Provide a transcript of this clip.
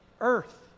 earth